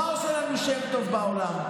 מה עושה לנו שם טוב בעולם?